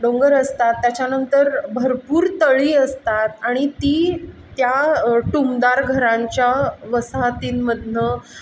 डोंगर असतात त्याच्यानंतर भरपूर तळी असतात आणि ती त्या टुमदार घरांच्या वसाहतींमधून